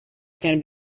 can